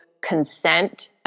consent